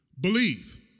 Believe